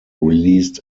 released